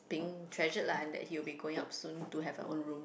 being treasured lah and that he will be going out soon to have a own